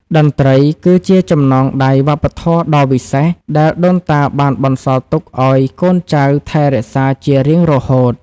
តន្ត្រីគឺជាចំណងដៃវប្បធម៌ដ៏វិសេស ដែលដូនតាបានបន្សល់ទុកឱ្យកូនចៅថែរក្សាជារៀងរហូត។